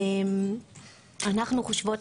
אנו חושבות,